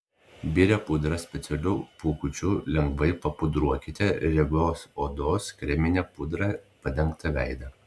biria pudra specialiu pūkučiu lengvai papudruokite riebios odos kremine pudra padengtą veidą